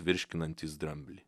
virškinantys dramblį